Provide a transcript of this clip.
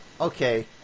Okay